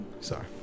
Sorry